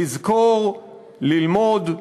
לזכור, ללמוד,